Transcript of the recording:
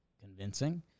convincing